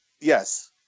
Yes